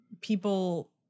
people